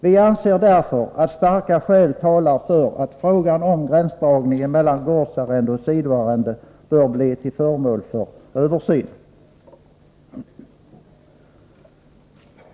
Vi anser därför att starka skäl talar för att frågan om gränsdragningen mellan gårdsarrende och sidoarrende bör bli föremål för översyn.